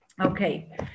Okay